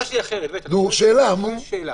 שאלה: